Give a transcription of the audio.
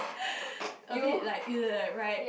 a bit like right